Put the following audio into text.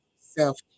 self